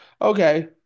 Okay